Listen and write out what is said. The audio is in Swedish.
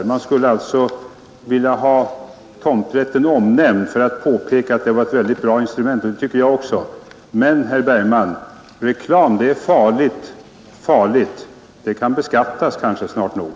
Tomträtten skulle alltså omnämnas därför att den är ett mycket bra instrument. Det tycker jag också att den är. Men, herr Bergman, reklam är farlig, farlig — den kan kanske snart nog komma att beskattas.